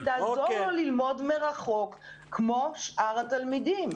היא תעזור לו ללמוד מרחוק כמו שאר התלמידים.